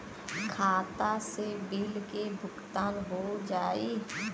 खाता से बिल के भुगतान हो जाई?